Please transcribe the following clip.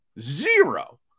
zero